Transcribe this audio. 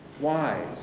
wise